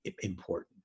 important